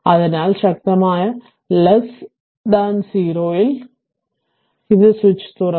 അതിനാൽ ശക്തമായ 0 ൽ ഈ സ്വിച്ച് തുറന്നു